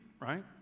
right